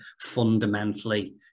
fundamentally